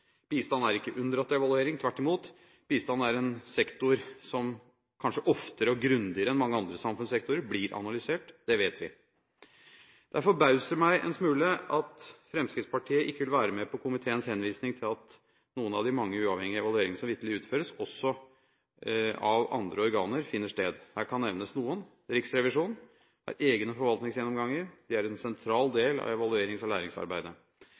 Bistand er ikke unndratt evaluering. Tvert imot – bistand er en sektor som kanskje oftere og grundigere enn mange andre samfunnssektorer blir analysert. Det vet vi. Da forbauser det meg en smule at Fremskrittspartiet ikke vil være med på komiteens henvisning til noen av de mange uavhengige evalueringer som vitterlig utføres også av andre organer. Her kan nevnes noen: Riksrevisjonen har egne forvaltningsgjennomganger. De er en sentral del av evaluerings- og læringsarbeidet.